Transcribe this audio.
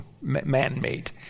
man-made